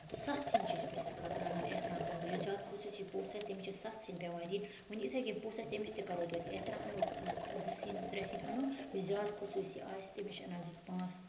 تہٕ سَتھ سِنۍ چھِ أسۍ پٔژھِس خٲطرٕ اَنان احترام خٲطرٕ یُس زیادٕ خصوٗصی پوٚژھ آسہِ تٔمِس چھِ سَتھ سِنۍ پٮ۪وان دِنۍ وٕنۍ یِتھَے کٔنۍ پوٚژھ آسہِ تٔمِس تہِ کَرو تویتہِ احترام اَنوکھ زٕ سِنۍ ترٛےٚ سِنۍ اَنو یُس زیادٕ خصوٗصی آسہِ تٔمِس چھِ اَنان زٕ پانٛژھ